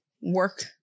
work